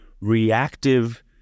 reactive